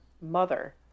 mother